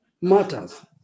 matters